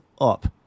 up